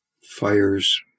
fires